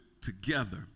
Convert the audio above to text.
together